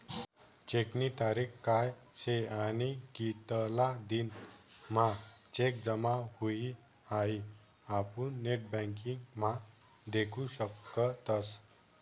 चेकनी तारीख काय शे आणि कितला दिन म्हां चेक जमा हुई हाई आपुन नेटबँकिंग म्हा देखु शकतस